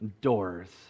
doors